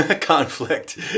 conflict